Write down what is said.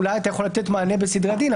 אולי אתה יכול לתת מענה בסדרי הדין,